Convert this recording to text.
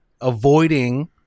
avoiding